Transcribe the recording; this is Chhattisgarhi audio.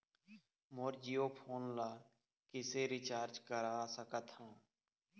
मोर जीओ फोन ला किसे रिचार्ज करा सकत हवं?